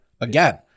Again